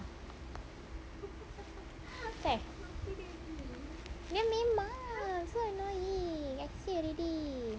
dia memang so annoying I say already